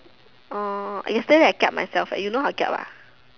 orh yesterday I kiap myself eh you know how to kiap ah